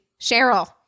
Cheryl